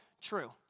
true